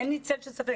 אין לי צל של ספק.